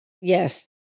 Yes